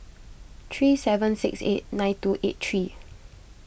three seven six eight nine two eight three